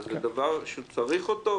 אבל זה דבר שצריך אותו,